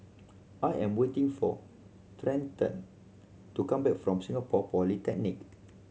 I am waiting for Trenten to come back from Singapore Polytechnic